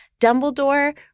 Dumbledore